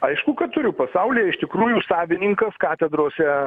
aišku kad turiu pasaulyje iš tikrųjų savininkas katedrose